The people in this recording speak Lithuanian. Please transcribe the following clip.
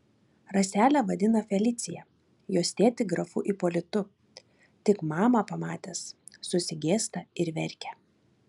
raselę vadina felicija jos tėtį grafu ipolitu tik mamą pamatęs susigėsta ir verkia